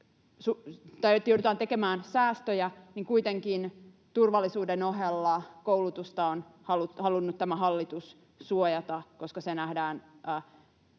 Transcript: joudutaan tekemään säästöjä, niin kuitenkin turvallisuuden ohella koulutusta tämä hallitus on halunnut suojata, koska se nähdään